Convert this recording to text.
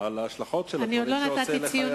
על ההשלכות של הדברים שהוא עושה לחייליו.